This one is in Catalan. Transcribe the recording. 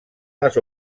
les